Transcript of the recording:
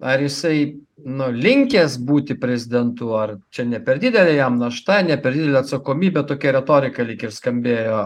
ar jisai nu linkęs būti prezidentu ar čia ne per didelė jam našta ne per didelė atsakomybė tokia retorika lyg ir skambėjo